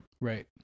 Right